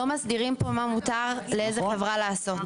לא מסדירים פה מה מותר לאיזו חברה לעשות.